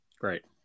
Great